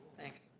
thanks.